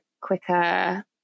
quicker